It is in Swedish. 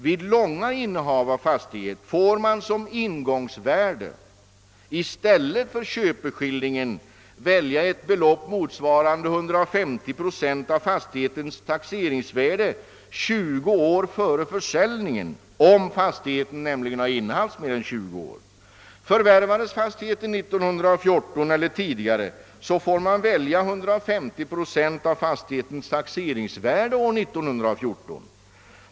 Vid långa innehav av fastighet får man som ingångsvärde i stället för köpeskillingen välja ett belopp motsvarande 150 procent av fastighetens taxeringsvärde tjugo år före försäljningen, om fastigheten nämligen innehafts mer än tjugo år. Om fastigheten förvärvats år 1914 eller tidigare, får man som ingångsvärde i stället för köpeskillingen välja 150 procent av fastighetens taxeringsvärde för detta år.